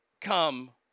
come